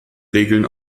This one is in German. regeln